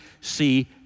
see